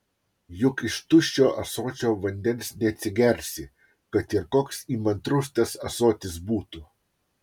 juk iš tuščio ąsočio vandens neatsigersi kad ir koks įmantrus tas ąsotis būtų